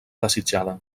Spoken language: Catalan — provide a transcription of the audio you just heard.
desitjada